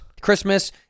christmas